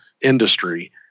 industry